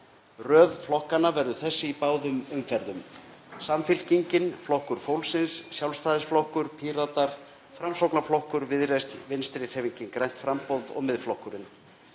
Röð flokkanna verður þessi í báðum umferðum: Samfylkingin, Flokkur fólksins, Sjálfstæðisflokkur, Píratar, Framsóknarflokkur, Viðreisn, Vinstrihreyfingin – grænt framboð og Miðflokkurinn.